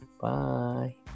bye